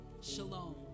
Shalom